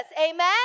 Amen